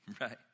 right